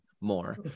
More